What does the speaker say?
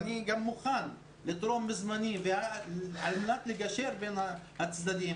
אני מוכן לתרום מזמני על מנת לגשר בין הצדדים,